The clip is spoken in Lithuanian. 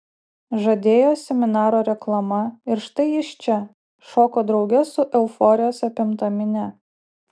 žadėjo seminaro reklama ir štai jis čia šoka drauge su euforijos apimta minia